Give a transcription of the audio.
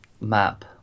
map